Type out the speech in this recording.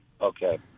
Okay